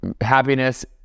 happiness